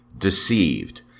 deceived